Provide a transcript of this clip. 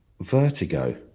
vertigo